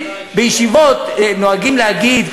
בישיבות נוהגים להגיד,